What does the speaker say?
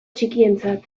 txikientzat